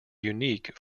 unique